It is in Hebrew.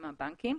הבנקים,